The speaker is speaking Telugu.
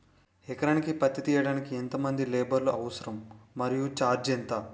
ఎకరానికి పత్తి తీయుటకు ఎంత మంది లేబర్ అవసరం? మరియు ఛార్జ్ ఎంత?